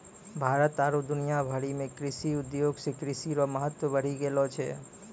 भारत आरु दुनिया भरि मे कृषि उद्योग से कृषि रो महत्व बढ़ी गेलो छै